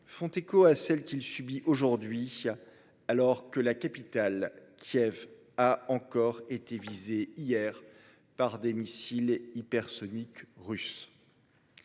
font écho à celles qu'il subit aujourd'hui. Alors que la capitale Kiev a encore été visées hier par des missiles hypersoniques russes.